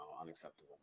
unacceptable